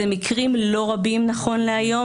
זה מקרים לא רבים נכון להיום.